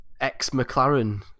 ex-McLaren